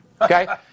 Okay